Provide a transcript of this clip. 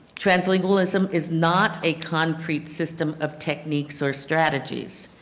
translingualism is not a concrete system of techniques or strategies.